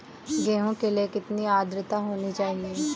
गेहूँ के लिए कितनी आद्रता होनी चाहिए?